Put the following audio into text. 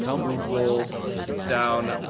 google down.